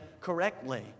correctly